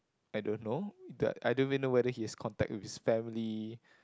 I don't know that I don't even know whether he has contact with his family